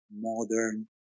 modern